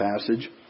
passage